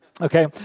Okay